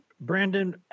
Brandon